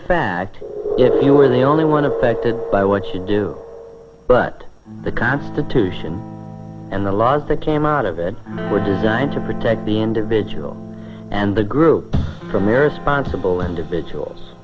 fact if you are the only one affected by what you do but the constitution and the laws that came out of it were designed to protect the individual and the group from irresponsible individuals